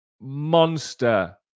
monster